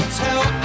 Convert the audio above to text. tell